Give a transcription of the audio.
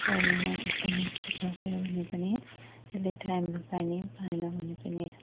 परेन एकदमै सुक्खा भयो भने पनि त्यसले टाइममा पानी पाएन भने पनि